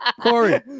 Corey